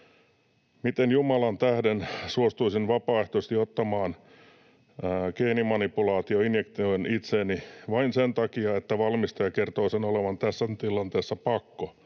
Miten jumalan tähden suostuisin vapaaehtoisesti ottamaan geenimanipulaatioinjektion itseeni vain sen takia, että valmistaja kertoo sen olevan tässä tilanteessa pakko?